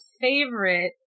favorite